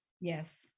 Yes